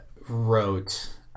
wrote